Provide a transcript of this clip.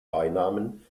beinamen